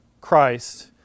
Christ